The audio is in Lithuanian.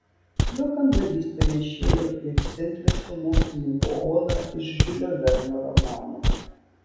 jo kambarys panėšėjo į ekscentriško mokslininko olą iš žiulio verno romano